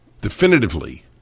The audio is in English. definitively